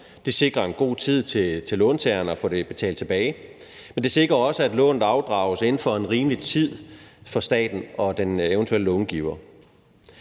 Det sikrer en god tid for låntageren til at få det betalt tilbage, men det sikrer også, at lånet afdrages inden for en rimelig tid for staten og den eventuelle långiver.